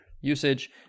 usage